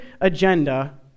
agenda